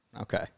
Okay